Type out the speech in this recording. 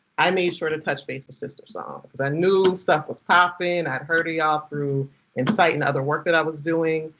i made sure to touch base with sistersong. because i knew stuff was popping. i had heard of y'all through inciting other work i was doing.